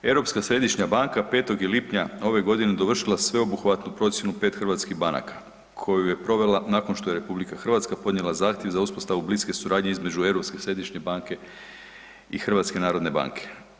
Europska središnja banka 5. je lipnja ove godine dovršila sveobuhvatnu procjenu 5 hrvatskih banaka koju je provela nakon što je RH podnijela zahtjev za uspostavu bliske suradnje između Europske središnje banke i HNB-a.